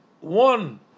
One